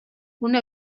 una